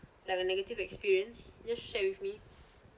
like a negative experience just share with me